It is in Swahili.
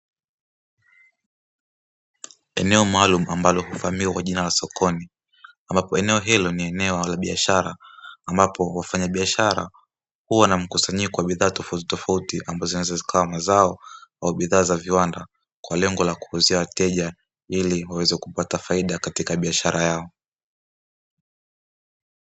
Eneo maalumu ambalo hufahamika kwa jina la sokoni, ambapo eneo hilo ni eneo la biashara ambapo wafanya biashara huwa mkusanyiko wa bidhaa tofauti tofauti ambazo zinawezazikawa mazao au bidhaa za viwanda kwa lengo la kuwauzia wateja ili waweze kupata faida katika biashara yao.